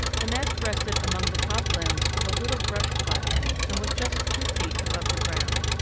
the nest rested among the top limbs of a little brush-pile and was just two feet above the ground.